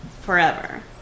forever